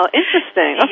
interesting